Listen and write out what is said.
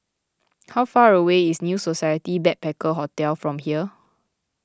how far away is New Society Backpacker Hotel from here